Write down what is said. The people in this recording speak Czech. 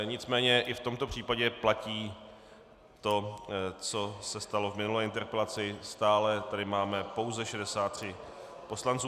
Nicméně i v tomto případě platí to, co se stalo v minulé interpelaci, stále tady máme pouze 63 poslanců.